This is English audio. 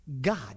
God